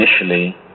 initially